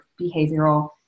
behavioral